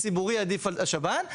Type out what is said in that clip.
ציבורי עדיף על שב"ן,